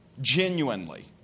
Genuinely